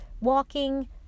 walking